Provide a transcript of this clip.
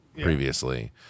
previously